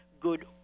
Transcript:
good